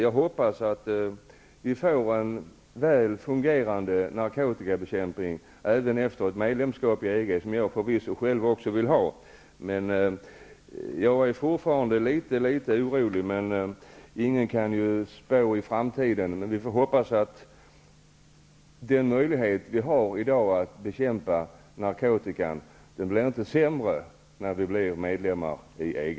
Jag hoppas att vi får en väl fungerande narkotikabekämpning även efter ett medlemskap i EG, som förvisso även jag vill ha. Men jag är fortfarande litet orolig. Ingen kan dock spå i framtiden. Vi får hoppas att den möjlighet att bekämpa narkotika som vi har i dag inte blir sämre när vi blir medlemmar i EG.